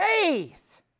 Faith